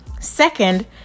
Second